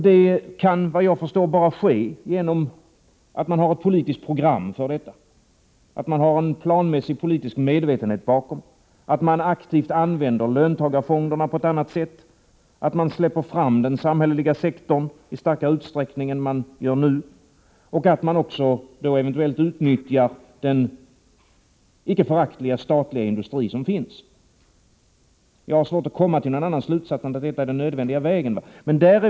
Det kan, efter vad jag förstår, bara ske genom att man har ett politiskt program för detta, att man har en planmässig politisk medvetenhet bakom, att man aktivt använder löntagarfonderna på ett annat sätt, att man släpper fram den samhälleliga sektorn i större utsträckning än nu och att man eventuellt också utnyttjar den icke föraktliga statliga industri som finns. Jag har svårt att komma till någon annan slutsats än att detta är den nödvändiga vägen.